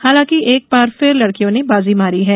हालांकि एक बार फिर लड़कियों ने बाजी मारी है